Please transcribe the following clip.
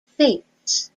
fates